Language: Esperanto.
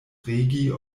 regi